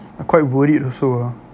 I quite worried also ah